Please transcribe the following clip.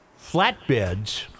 flatbeds